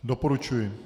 Doporučuji.